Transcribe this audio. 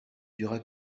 dura